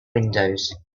windows